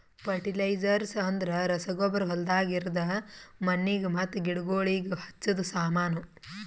fertilisers ಅಂದ್ರ ರಸಗೊಬ್ಬರ ಹೊಲ್ದಾಗ ಇರದ್ ಮಣ್ಣಿಗ್ ಮತ್ತ ಗಿಡಗೋಳಿಗ್ ಹಚ್ಚದ ಸಾಮಾನು